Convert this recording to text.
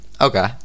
Okay